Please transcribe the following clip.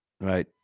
Right